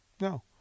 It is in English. No